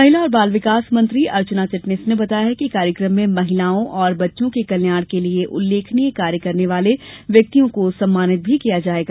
महिला और बाल विकास मंत्री अर्चना चिटनीस ने बताया कि कार्यकम में महिलाओं और बच्चों के कल्याण के लिए उल्लेखनीय कार्य करने वाले व्यक्तियों को सम्मानित भी किया जायेगा